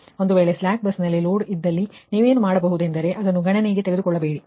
ಒಂದು ವೇಳೆ slack bus ನಲ್ಲಿ ಲೋಡ್ ಇದ್ದಲ್ಲಿ ನೀವೇನು ಮಾಡಬಹುದೆಂದರೆ ಅದನ್ನು ಗಣನೆಗೆ ತೆಗೆದುಕೊಳ್ಳಬೇಡಿ